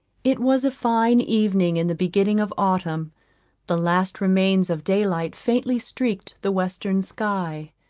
it was a fine evening in the beginning of autumn the last remains of day-light faintly streaked the western sky,